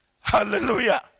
Hallelujah